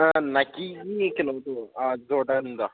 ꯅꯥꯏꯛꯀꯤꯒꯤ ꯀꯩꯅꯣꯗꯣ ꯖꯣꯔꯗꯥꯟꯗꯣ